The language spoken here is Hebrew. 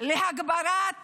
להגברת